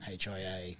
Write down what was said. HIA